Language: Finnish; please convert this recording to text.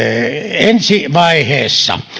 ensi vaiheessa